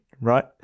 right